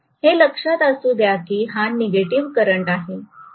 हे लक्षात असू द्या की हा निगेटिव्ह करंट आहे